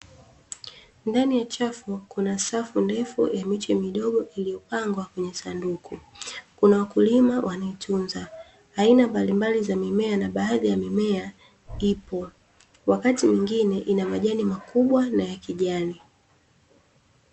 Ndani ya chafu kuna safu ndefu miche midogo iliyopangwa kwenye sanduku, Kuna wakulima wanaitunza . Aina mbalimbali za mimea na baadhi ya mimea ipo, wakati mwingine inamajani makubwa na ya kijani .